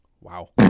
wow